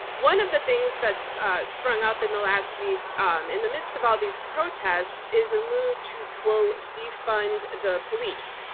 one of the things that's sprung up in the last week um in the midst of all these protests is a move to defund the police.